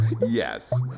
Yes